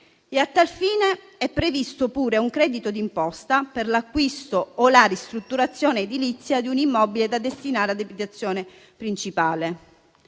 A tal fine è previsto pure un credito d'imposta per l'acquisto o la ristrutturazione edilizia di un immobile da destinare ad abitazione principale.